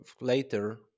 later